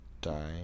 Die